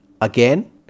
again